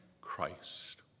Christ